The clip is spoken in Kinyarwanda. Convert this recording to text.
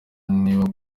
niba